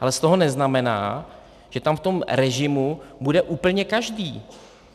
Ale z toho neznamená, že tam v tom režimu bude úplně každý,